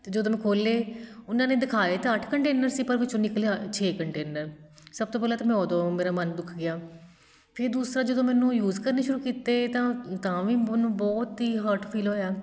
ਅਤੇ ਜਦੋਂ ਮੈਂ ਖੋਲ੍ਹੇ ਉਹਨਾਂ ਨੇ ਦਿਖਾਏ ਤਾਂ ਅੱਠ ਕੰਟੇਨਰ ਸੀ ਪਰ ਵਿੱਚੋਂ ਨਿਕਲਿਆ ਛੇ ਕੰਟੇਨਰ ਸਭ ਤੋਂ ਪਹਿਲਾਂ ਤਾਂ ਮੈਂ ਉਦੋਂ ਮੇਰਾ ਮਨ ਦੁੱਖ ਗਿਆ ਫਿਰ ਦੂਸਰਾ ਜਦੋਂ ਮੈਨੂੰ ਯੂਜ ਕਰਨੇ ਸ਼ੁਰੂ ਕੀਤੇ ਤਾਂ ਤਾਂ ਵੀ ਮੈਨੂੰ ਬਹੁਤ ਹੀ ਹਰਟ ਫੀਲ ਹੋਇਆ